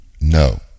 No